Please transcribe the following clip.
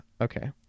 Okay